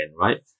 right